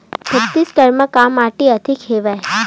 छत्तीसगढ़ म का माटी अधिक हवे?